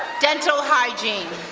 dental hygiene.